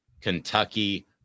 Kentucky